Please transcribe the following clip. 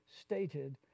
stated